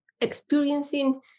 experiencing